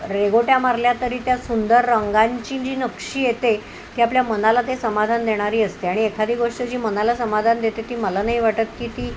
रेघोट्या मारल्या तरी त्या सुंदर रंगांची जी नक्षी येते ती आपल्या मनाला ते समाधान देणारी असते आणि एखादी गोष्ट जी मनाला समाधान देते ती मला नाही वाटत की ती